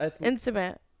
Intimate